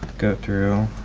go through